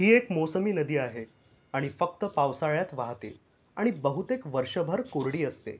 ही एक मोसमी नदी आहे आणि फक्त पावसाळ्यात वाहते आणि बहुतेक वर्षभर कोरडी असते